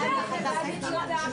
תישאר.